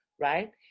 right